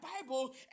Bible